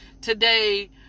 today